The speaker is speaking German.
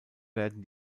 werden